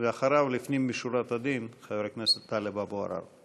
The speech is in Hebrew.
אחריו, לפנים משורת הדין, חבר הכנסת טלב אבו עראר.